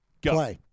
go